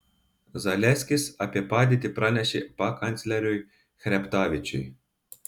zaleskis apie padėtį pranešė pakancleriui chreptavičiui